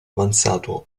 avanzato